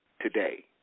today